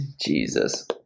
Jesus